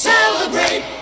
Celebrate